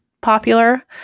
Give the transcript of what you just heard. popular